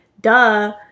duh